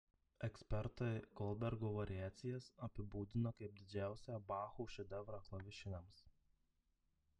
ekspertai goldbergo variacijas apibūdina kaip didžiausią bacho šedevrą klavišiniams